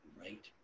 right